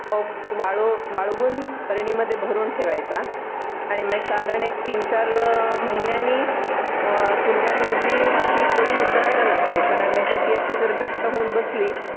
up वाळव वाळवून बरणीमध्ये भरून ठेवायचा आणि मग एक साधारण एक तीन चार महिन्यांनी कुंड्यांमधली माती थोडी उकरायला लागते कारण नाहीतर ती अशी जर घट्ट होऊन बसली